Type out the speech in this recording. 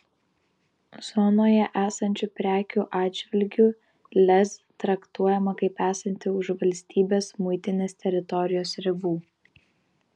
zonoje esančių prekių atžvilgiu lez traktuojama kaip esanti už valstybės muitinės teritorijos ribų